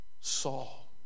Saul